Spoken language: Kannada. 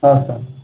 ಹಾಂ ಸರ್